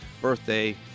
birthday